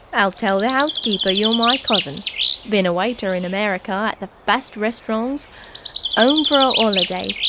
i'll tell the ousekeeper you're my cousin been a waiter in america at the best restaurongs ome for a oliday,